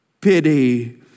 pity